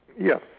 Yes